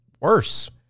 worse